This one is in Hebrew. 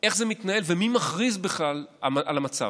איך זה מתנהל ומי מכריז בכלל על המצב.